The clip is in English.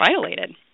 violated